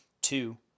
Two